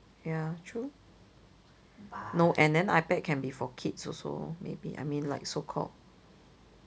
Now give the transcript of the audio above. ya true no and then ipad can be for kids also maybe I mean like so called